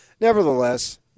nevertheless